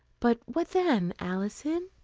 but what then, alison?